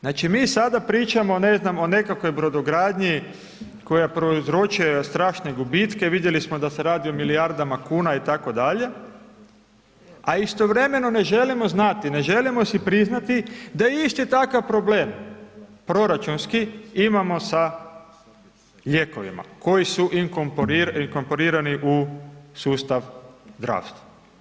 Znači mi sada pričamo ne znam o nekakvoj brodogradnji koja prouzročuje strašne gubitke, vidjeli smo da se radi o milijardama kuna itd., a istovremeno ne želimo znati, ne želimo si priznati da je isti takav problem proračunski imamo sa lijekovima koji su inkorporirani u sustav zdravstva.